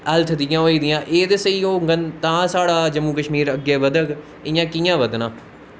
health दियां होई दियां एह् स्हेई होंगन तां साढ़ा जम्मू कश्मीर अग्गैं बदग इयां कियां बदना